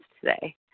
today